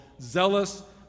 zealous